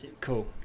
Cool